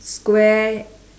square